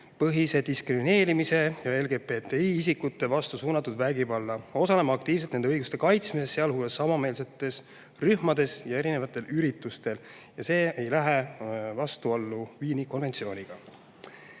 põhise diskrimineerimise ja LGBTI-isikute vastu suunatud vägivalla, osaleme aktiivselt nende õiguste kaitsmises, sealhulgas samameelsetes rühmades ja erinevatel üritustel. Ja see ei lähe vastuollu Viini konventsiooniga.